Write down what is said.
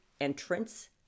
entrance